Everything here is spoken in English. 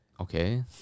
Okay